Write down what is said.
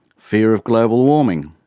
fear of global warming.